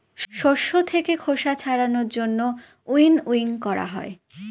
শস্য থাকে খোসা ছাড়ানোর জন্য উইনউইং করা হয়